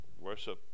Worship